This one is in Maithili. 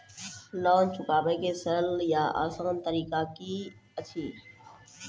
लोन चुकाबै के सरल या आसान तरीका की अछि?